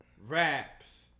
Raps